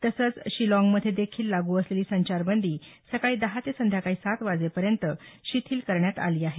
तसंच शिलाँगमधे देखील लागू असलेली संचारबंदी सकाळी दहा ते संध्याकाळी सात वाजेपर्यंत शिथील करण्यात आली आहे